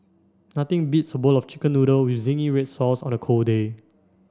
nothing beats a bowl of chicken noodle with zingy red sauce on a cold day